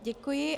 Děkuji.